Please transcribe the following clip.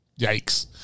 Yikes